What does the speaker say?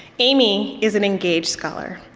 amy is an engaged scholar,